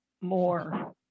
more